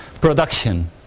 production